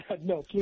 No